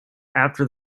after